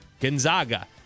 Gonzaga